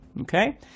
okay